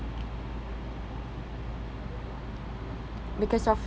because of